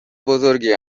بزرگی